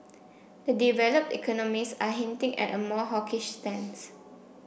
the developed economies are hinting at a more hawkish stance